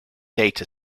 data